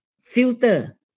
filter